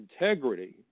integrity